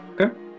Okay